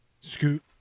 Scoot